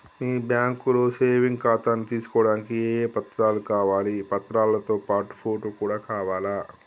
మీ బ్యాంకులో సేవింగ్ ఖాతాను తీసుకోవడానికి ఏ ఏ పత్రాలు కావాలి పత్రాలతో పాటు ఫోటో కూడా కావాలా?